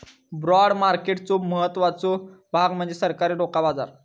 bond मार्केटचो महत्त्वाचो भाग म्हणजे सरकारी रोखा बाजार